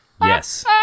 Yes